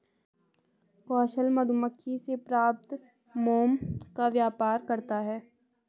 कौशल मधुमक्खी से प्राप्त मोम का व्यापार करता है